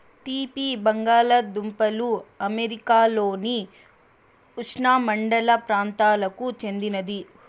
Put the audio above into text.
తీపి బంగాలదుంపలు అమెరికాలోని ఉష్ణమండల ప్రాంతాలకు చెందినది